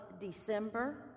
december